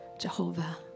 Jehovah